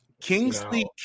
Kingsley